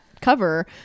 cover